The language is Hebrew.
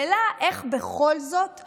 שהיא היחידה שיש לנו היום בעקרון הפרדת הרשויות.